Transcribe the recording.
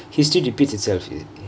history repeats itself